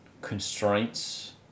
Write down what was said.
constraints